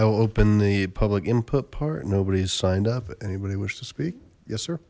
i'll open the public input part nobody's signed up but anybody wish to speak yes sir